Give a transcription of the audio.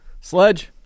Sledge